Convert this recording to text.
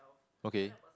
okay